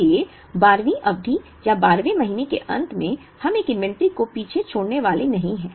इसलिए 12 वीं अवधि या 12 वें महीने के अंत में हम एक इन्वेंट्री को पीछे छोड़ने वाले नहीं हैं